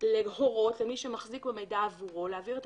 להורות למי שמחזיק במידע עבורו להעביר את